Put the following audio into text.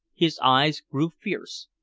his eyes grew fierce,